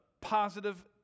positive